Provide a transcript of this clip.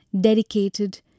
dedicated